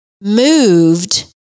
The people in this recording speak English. moved